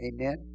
Amen